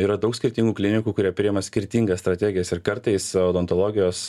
yra daug skirtingų klinikų kurie priima skirtingas strategijas ir kartais odontologijos